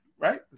right